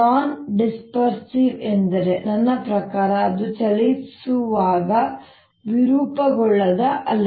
ನಾನ್ dispersive ಎಂದರೆ ನನ್ನ ಪ್ರಕಾರ ಅದು ಚಲಿಸುವಾಗ ವಿರೂಪಗೊಳ್ಳದ ಅಲೆ